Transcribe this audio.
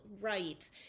right